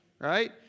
Right